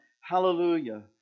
Hallelujah